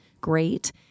great